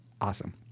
awesome